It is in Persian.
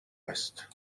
است